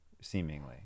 seemingly